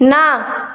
না